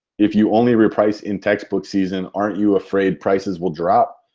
if you only reprice in textbook season, aren't you afraid prices will drop?